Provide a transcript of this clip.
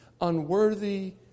unworthy